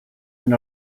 and